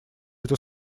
это